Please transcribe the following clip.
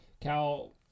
Cal